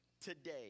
today